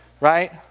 right